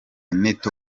neto